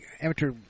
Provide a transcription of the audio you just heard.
Amateur